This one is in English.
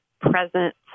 Present